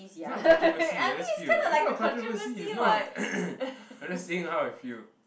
it's not a controversy I just feel it's not a controversy it's not I'm just saying how I feel